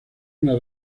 una